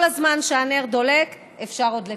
כל זמן שהנר דולק, אפשר עוד לתקן.